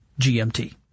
GMT